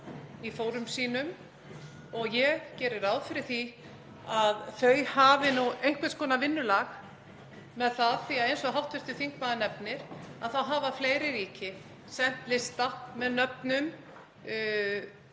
í fórum sínum. Ég geri ráð fyrir því að þau hafi nú einhvers konar vinnulag með það, því að eins og hv. þingmaður nefnir þá hafa fleiri ríki sent lista með nöfnum